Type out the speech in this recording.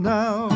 now